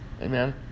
Amen